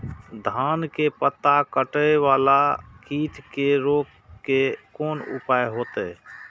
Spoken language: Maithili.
धान के पत्ता कटे वाला कीट के रोक के कोन उपाय होते?